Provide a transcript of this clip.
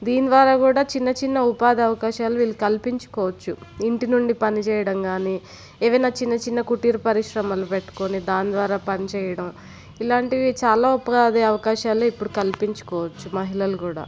దీని ద్వారా కూడా చిన్న చిన్న ఉపాధి అవకాశాలు వీళ్ళు కల్పించుకోవచ్చు ఇంటి నుండి పని చేయడం కానీ ఏవన్నా చిన్న చిన్న కుటీర పరిశ్రమలు పెట్టుకొని దాని ద్వారా పనిచేయడం ఇలాంటివి చాలా ఉపాధి అవకాశాలు ఇప్పుడు కల్పించుకోవచ్చు మహిళలు కూడా